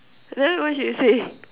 then what she say